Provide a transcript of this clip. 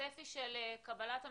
- הצפי של קבלת המכונות,